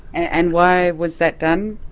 and why was that done?